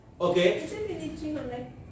Okay